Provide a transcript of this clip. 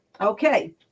okay